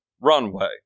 runway